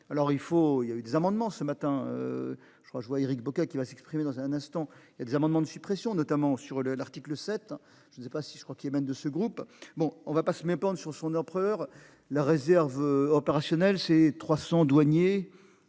faut il y a eu des amendements ce matin. Je crois je vois Éric Bocquet qui va s'exprimer dans un instant. Il y a des amendements de suppression notamment sur le, l'article 7 je ne sais pas si je crois qu'il émane de ce groupe. Bon on va pas se méprendre sur son empereur la réserve opérationnelle c'est 300 douaniers